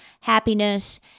happiness